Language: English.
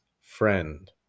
Friend